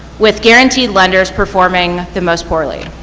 with guaranteed lenders performing the most poorly.